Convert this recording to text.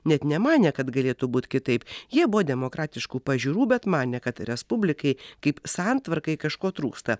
net nemanė kad galėtų būt kitaip jie buvo demokratiškų pažiūrų bet manė kad respublikai kaip santvarkai kažko trūksta